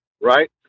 right